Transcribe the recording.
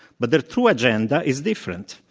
but the true agenda is different.